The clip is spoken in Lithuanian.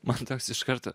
mantas iš karto